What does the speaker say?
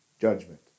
Judgment